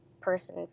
person